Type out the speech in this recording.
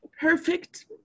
Perfect